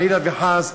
חלילה וחס,